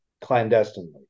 clandestinely